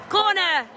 Corner